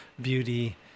beauty